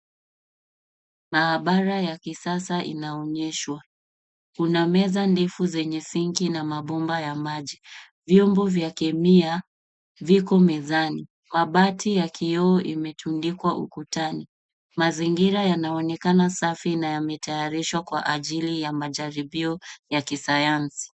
Maabara ya kisasa inaonyeshwa. Kuna meza ndefu zenye sinki na mabomba ya maji. Vyombo vya kemia viko mezani. Kabati ya kioo imetundikwa ukutani. Mazingira yanaonekana safi na yametayarishwa kwa ajili ya majaribio ya kisayansi.